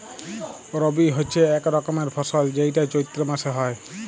রবি হচ্যে এক রকমের ফসল যেইটা চৈত্র মাসে হ্যয়